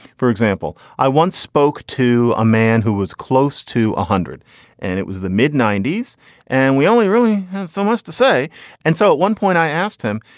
for example, i once spoke to a man who was close to one hundred and it was the mid ninety s and we only really had so much to say and so at one point i asked him,